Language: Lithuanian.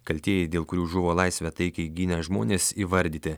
kaltieji dėl kurių žuvo laisvę taikiai gynę žmonės įvardyti